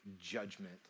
judgment